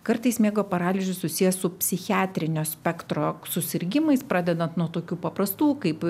kartais miego paralyžius susijęs su psichiatrinio spektro susirgimais pradedant nuo tokių paprastų kaip